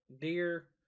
deer